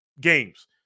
games